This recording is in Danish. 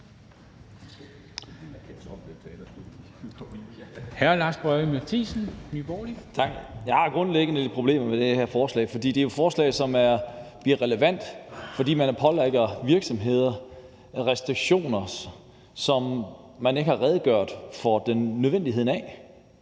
Jeg har grundlæggende lidt problemer med det her forslag, fordi det jo er et forslag, som bliver relevant, fordi man pålægger virksomheder restriktioner, som man ikke har redegjort for nødvendigheden af.